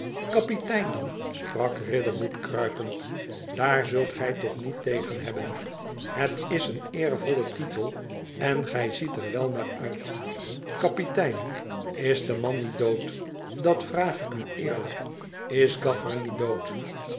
kapitein dan sprak riderhood kruipend daar zult gij toch niet tegen hebben het is een eervolle titel en gij ziet er wèl naar uit kapitein is de man niet dood p dat vraag ik u eerlijk is gaffer niet dood